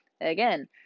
again